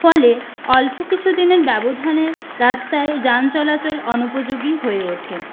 ফলে অল্প কিছুদিনের ব্যবধানে রাস্তায় যান চলাচল অনুপযোগী হয়ে ওঠে